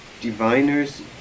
diviners